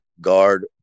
guard